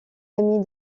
amis